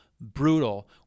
brutal